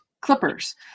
clippers